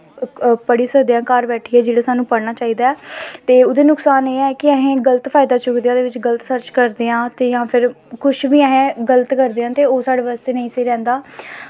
पढ़ी सकदे आं घर बैठियै जेह्ड़ा सानूं पढ़नां चाहिदा ऐ ते ओह्दे नुकसान एह् न कि अस गल्त फायदा चुकदे आं ओह्दे बिच्च गल्त सर्च करदे आं ते जां फिर कुछ बी अस गल्त करदे आं ते ओह् साढ़े बास्तै नेईं स्हेई रौंह्दा